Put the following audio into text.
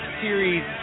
Series